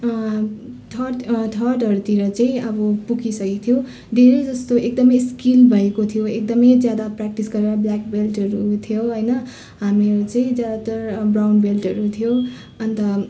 third थर्डहरूतिर चाहिँ अब पुगिसकेको थियो धेरै जस्तो एकदम स्किल भएको थियो एकदम ज्यादा प्र्याक्टिस गरेर ब्ल्याक बेल्टहरू थियो होइन हामीहरू चाहिँ ज्यादातर ब्राउन बेल्टहरू थियो अन्त